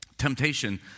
Temptation